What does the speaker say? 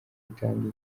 gutanga